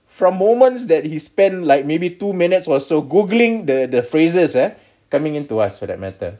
for a moment that he spend like maybe two minutes was so googling the the phrases eh coming into us for that matter